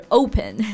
open